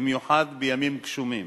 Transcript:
במיוחד בימים גשומים.